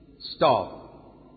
stop